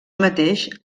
mateix